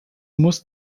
muss